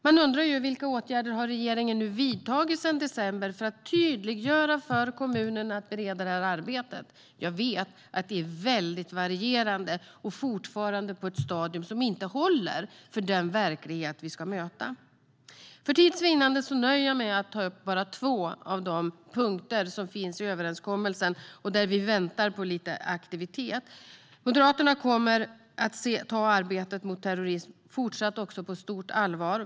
Jag undrar: Vilka åtgärder har regeringen nu vidtagit sedan december för att tydliggöra för kommunerna att de ska bereda detta arbete? Jag vet att det är mycket varierande och fortfarande på ett stadium som inte håller för den verklighet som vi ska möta. För tids vinnande nöjer jag mig med att ta upp bara två av de punkter som finns i överenskommelsen och där vi väntar på lite aktivitet. Moderaterna kommer också fortsatt att ta arbetet mot terrorism på stort allvar.